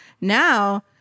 Now